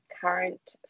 current